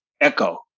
echo